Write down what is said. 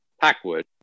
Packwood